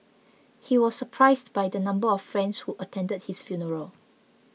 he was surprised by the number of friends who attended his funeral